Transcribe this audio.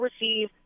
receive